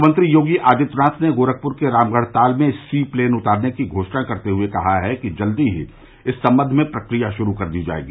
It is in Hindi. मुख्यमंत्री योगी आदित्यनाथ ने गोरखपुर के रामगढ़ ताल में सी प्लेन उतारने की घोषणा करते हुए कहा है कि जल्द ही इस संबंध में प्रक्रिया श्रू कर दी जाएगी